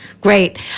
Great